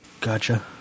Gotcha